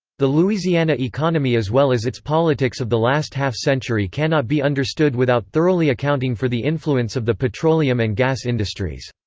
the louisiana economy as well as its politics of the last half-century cannot be understood without thoroughly accounting for the influence of the petroleum and gas industries.